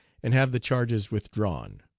and have the charges withdrawn.